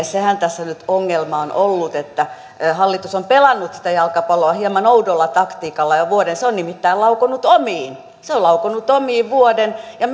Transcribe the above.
sehän tässä nyt ongelma on ollut että hallitus on pelannut sitä jalkapalloa hieman oudolla taktiikalla jo vuoden se on nimittäin laukonut omiin se on laukonut omiin vuoden ja